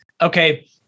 okay